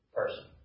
person